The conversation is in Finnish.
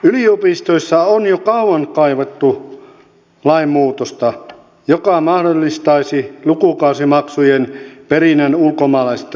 yliopistoissa on jo kauan kaivattu lainmuutosta joka mahdollistaisi lukukausimaksujen perinnän ulkomaisilta opiskelijoilta